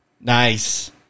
Nice